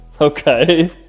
Okay